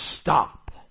stop